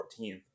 14th